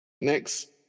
Next